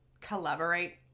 collaborate